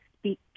speak